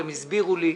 הם הסבירו לי,